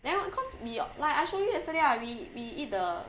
then because we like I show yesterday ah we we eat the